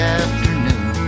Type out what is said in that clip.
afternoon